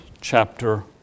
chapter